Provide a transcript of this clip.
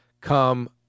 come